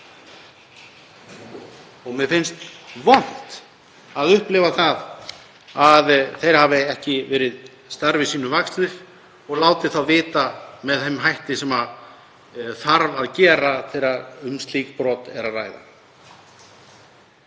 Mér finnst vont að upplifa að þeir hafi ekki verið starfi sínu vaxnir og látið vita með þeim hætti sem þarf að gera þegar um slík brot er að ræða.